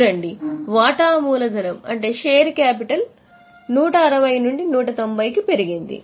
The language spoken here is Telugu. చూడండి వాటా మూలధనం అంటే షేర్ క్యాపిటల్ 160 నుండి 190 కి పెరిగింది